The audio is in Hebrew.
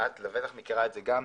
ואת לבטח מכירה את זה גם,